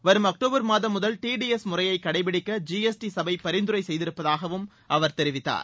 வரும் அக்டோபர் மாதம் முதல் டி டி எஸ் முறையை கடைப்பிடிக்க ஜி எஸ் டி சபை பரிந்துரை செய்திருப்பதாகவும் அவர் தெரிவித்தார்